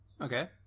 Okay